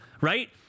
Right